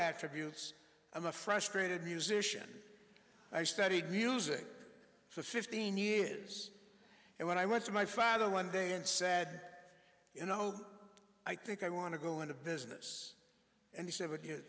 attributes i'm a frustrated musician i studied music for fifteen years and when i went to my father one day and said you know i think i want to go into business and have a kid